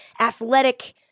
athletic